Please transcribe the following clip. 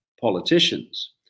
politicians